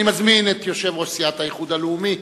אני מזמין את יושב-ראש סיעת האיחוד הלאומי,